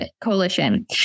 Coalition